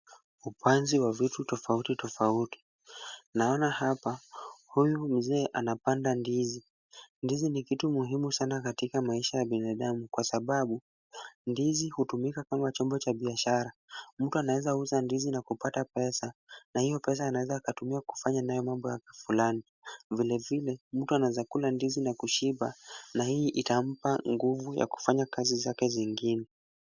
Upanzi wa vitu tofauti tofauti. Naona hapa huyu mzee anapanda ndizi. Ndizi ni kitu muhimu sana katika maisha ya binadamu kwa sababu ndizi hutumika kama chombo cha biashara. Mtu anaweza uza ndizi na kupata pesa na hiyo pesa anaweza akatumia kufanya nayo mambo yake fulani. Vilevile mtu anaweza kula ndizi na kushiba na hii itampa nguvu ya kufanya kazi zake zingine.